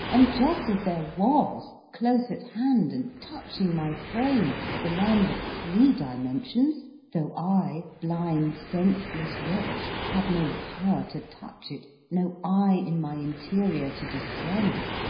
and just as there was close at hand, and touching my frame, the land of three dimensions, though i, blind senseless wretch, had no power to touch it, no eye in my interior to discern it,